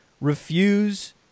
refuse